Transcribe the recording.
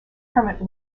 hermit